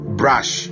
brush